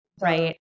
Right